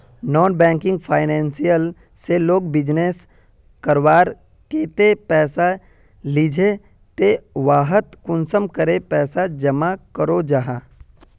Non banking financial से लोग business करवार केते पैसा लिझे ते वहात कुंसम करे पैसा जमा करो जाहा?